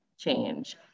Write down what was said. change